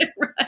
Right